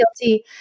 guilty